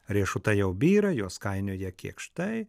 riešutai jau byra juos skainioja kėkštai